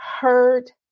heard